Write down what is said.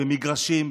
במגרשים,